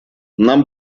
нам